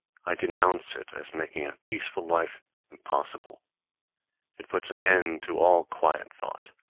i denounce it as making a peaceful life impossible it puts an end to all quiet thought.